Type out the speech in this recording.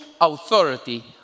authority